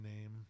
name